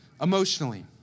emotionally